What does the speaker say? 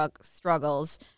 struggles